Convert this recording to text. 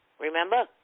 Remember